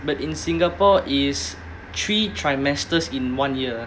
but in singapore is three trimesters in one year